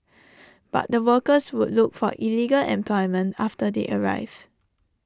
but the workers would look for illegal employment after they arrive